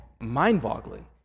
mind-boggling